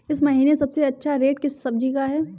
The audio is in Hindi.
इस महीने सबसे अच्छा रेट किस सब्जी का है?